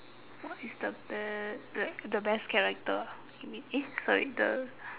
what is the bad like the best character you mean eh sorry the